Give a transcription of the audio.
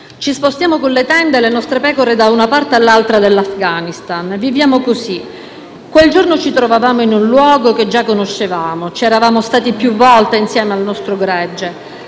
Ci spostiamo con le tende e le nostre pecore da una parte all'altra dell'Afghanistan. Viviamo così. Quel giorno, ci trovavamo in un luogo che già conoscevamo. Ci eravamo stati più volte insieme al nostro gregge.